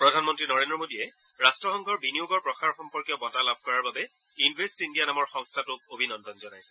প্ৰধানমন্ত্ৰী নৰেন্দ্ৰ মোদীযে ৰাষ্ট্ৰসংঘৰ বিনিয়োগৰ প্ৰসাৰ সম্পৰ্কীয় বঁটা লাভ কৰাৰ বাবে ইন্ভেষ্ট ইণ্ডিয়া নামৰ সংস্থাটোক অভিনন্দন জনাইছে